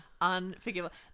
unforgivable